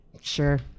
Sure